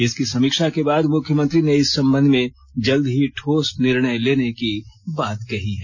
इसकी समीक्षा के बाद मुख्यमंत्री ने इस संबंध में जल्द ही ठोस निर्णय लेने की बात कही है